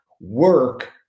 work